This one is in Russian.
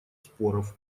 споров